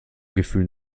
gefühl